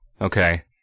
Okay